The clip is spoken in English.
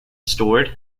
stored